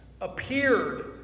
appeared